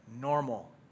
normal